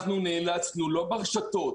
אנחנו נאלצנו לא ברשתות,